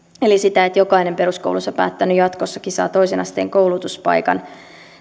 eli sitä että jokainen peruskoulunsa päättänyt jatkossakin saa toisen asteen koulutuspaikan